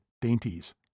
dainties